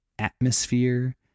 atmosphere